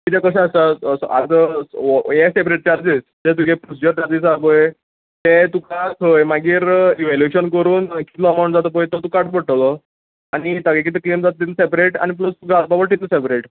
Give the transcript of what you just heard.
कित्या कशें आसता आतां हे सेपरेट चार्जीस ते तुगे प्रोसीजर चार्जीस आसा पळय ते तुका थंय मागीर इवेल्यूशन करून कितलो एमावंट जाता पळय तो तुका काडचो पडटलो आनी तागे कितले क्लेम जाता तितले सेपरेट आनी प्लस तुगे आदवट तितलो सेपरेट